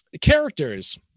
characters